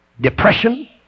depression